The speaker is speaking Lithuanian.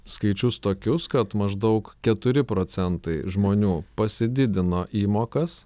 skaičius tokius kad maždaug keturi procentai žmonių pasididino įmokas